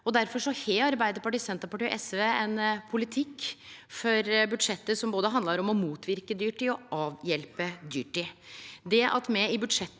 Difor har Arbeidarpartiet, Senterpartiet og SV ein politikk for budsjettet som handlar om både å motverke dyrtid og å avhjelpe dyrtid.